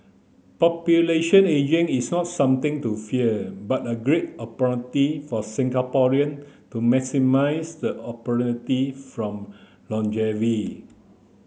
population ageing is not something to fear but a great opportunity for Singaporean to maximise the opportunity from longevity